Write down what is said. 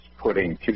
putting